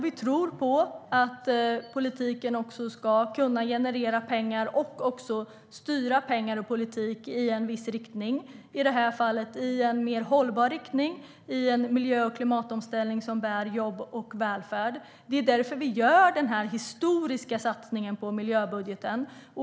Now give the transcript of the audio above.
Vi tror på att politiken kan generera pengar och styra dessa i en viss riktning, i det här fallet i en mer hållbar sådan, i en miljö och klimatomställning som bär jobb och välfärd. Det är därför vi gör den här historiska satsningen på miljöbudgeten.